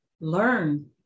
learn